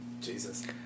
Jesus